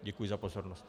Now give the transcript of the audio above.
Děkuji za pozornost.